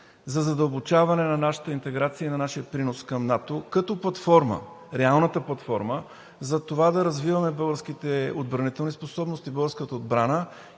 за задълбочаване на нашата интеграция, на нашия принос към НАТО, като платформа – реалната платформа, за това да развиваме българските отбранителни способности и българската отбрана,